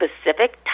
specific